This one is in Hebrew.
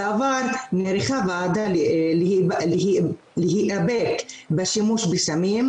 בעבר נערכה הוועדה להיאבק בשימוש בסמים,